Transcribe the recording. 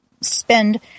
spend